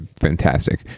fantastic